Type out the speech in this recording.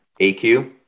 AQ